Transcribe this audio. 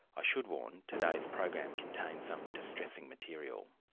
i should warn, today's program contains some distressing material.